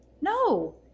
no